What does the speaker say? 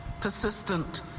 Persistent